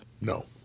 No